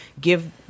give